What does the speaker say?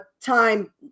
time